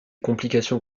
complications